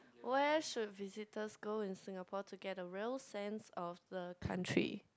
where should visitors go in Singapore to get a real sense of the country